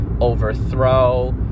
overthrow